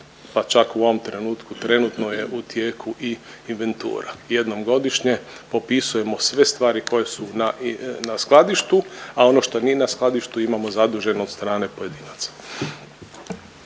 pa čak u ovom trenutku trenutno je u tijeku i inventura. Jednom godišnje popisujemo sve stvari koje su na i, na skladištu, a ono što nije na skladištu imamo zaduženo od strane pojedinaca.